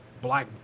black